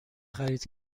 خرید